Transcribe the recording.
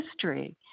history